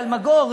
אלמגור,